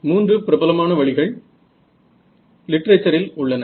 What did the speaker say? மூன்று பிரபலமான வழிகள் லிட்ரேச்சரில் உள்ளன